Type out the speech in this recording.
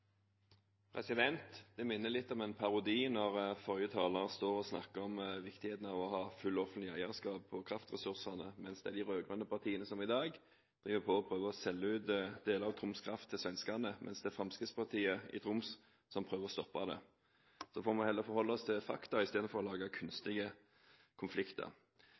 seg. Det minner litt om en parodi når forrige taler står og snakker om viktigheten av å ha fullt offentlig eierskap av kraftressursene, samtidig som det er de rød-grønne partiene som prøver å selge ut deler av Troms Kraft til svenskene, og det er Fremskrittspartiet i Troms som prøver å stoppe det. Vi får heller forholde oss til fakta i stedet for å lage kunstige konflikter.